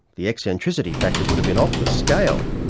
the eccentricity factor would've been off the scale!